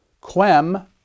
quem